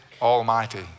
Almighty